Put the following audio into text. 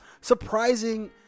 Surprising